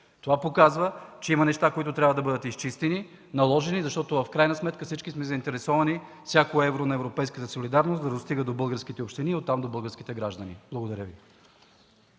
Това показва, че има неща, които трябва да бъдат изчистени, наложени, защото в крайна сметки всички сме заинтересовани всяко евро на европейската солидарност да достига до българските общини и оттам – до българските граждани. Благодаря.